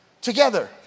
together